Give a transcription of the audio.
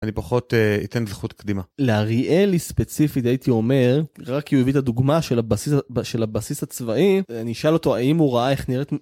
‫אני פחות אתן זכות קדימה. ‫-לאריאלי ספציפית, הייתי אומר, ‫רק כי הוא הביא את הדוגמה ‫של הבסיס הצבאי, ‫אני אשאל אותו ‫האם הוא ראה איך נראית...